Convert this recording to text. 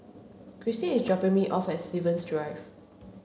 Krystin is dropping me off at Stevens Drive